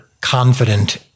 confident